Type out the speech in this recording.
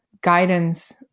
guidance